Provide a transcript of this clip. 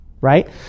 right